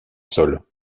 sol